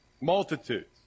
Multitudes